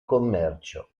commercio